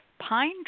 Pine